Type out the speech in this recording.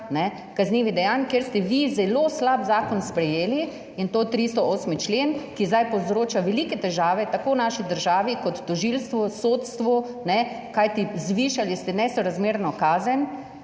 kaznivih dejanj, ker ste vi zelo slab zakon sprejeli in to 308. člen, ki zdaj povzroča velike težave tako naši državi, kot tožilstvu sodstvu, kajti zvišali ste nesorazmerno **69.